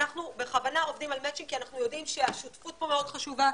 אנחנו בכוונה עובדים על מצ'ינג כי אנחנו יודעים שהשותפות פה מאוד חשובה,